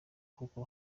kuko